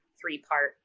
three-part